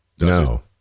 no